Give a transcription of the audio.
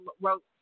wrote